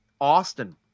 Austin